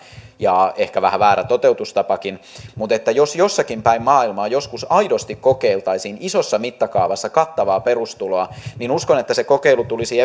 ja ehkä vähän väärä toteutustapakin mutta jos jossakin päin maailmaa joskus aidosti kokeiltaisiin isossa mittakaavassa kattavaa perustuloa niin uskon että se kokeilu tulisi